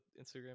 instagram